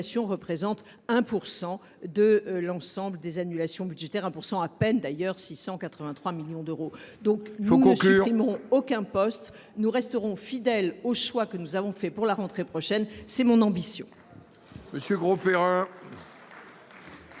à peine 1 % de l’ensemble des annulations budgétaires, soit 683 millions d’euros. Nous ne supprimerons aucun poste. Nous resterons fidèles aux choix que nous avons faits pour la rentrée prochaine. C’est mon ambition